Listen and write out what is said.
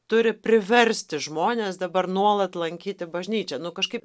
turi priversti žmones dabar nuolat lankyti bažnyčią nu kažkaip